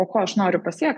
o ko aš noriu tiek